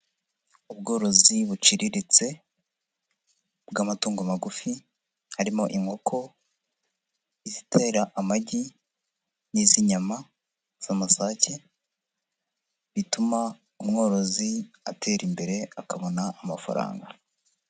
Ubworozi buciriritse bw'amatungo magufi, harimo inkoko, izitera amagi n'iz'inyama z'amasake; bituma umworozi atera imbere akabona amafaranga.